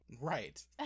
right